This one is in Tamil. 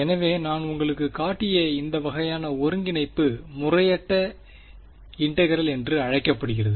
எனவே நான் உங்களுக்குக் காட்டிய இந்த வகையான ஒருங்கிணைப்பு முறையற்ற இன்டெகிரெல் என்று அழைக்கப்படுகிறது